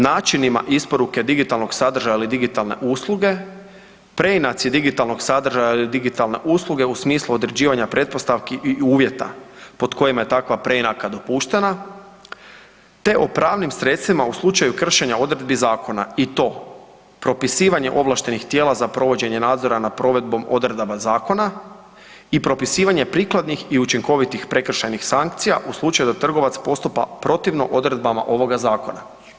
Načinima isporuke digitalnog sadržaja ili digitalne usluge, preinaci digitalnog sadržaja ili digitalne usluge u smislu određivanja pretpostavki i uvjetima pod kojima je takva preinaka dopuštena te o pravnim sredstvima u slučaju kršenja odredbi zakona i to propisivanje ovlaštenih tijela za provođenje nadzora nad provedbom odredaba zakona i propisivanje prikladnih i učinkovitih prekršajnih sankcija u slučaju da trgovac postupa protivno odredbama ovoga zakona.